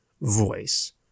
voice